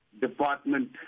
department